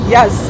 Yes